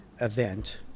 event